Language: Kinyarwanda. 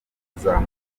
kuzamuka